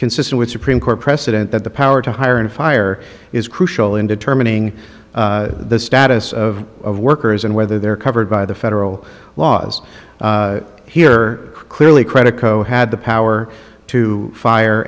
consistent with supreme court precedent that the power to hire and fire is crucial in determining the status of workers and whether they're covered by the federal laws here clearly credico had the power to fire